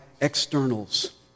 externals